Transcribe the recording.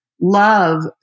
love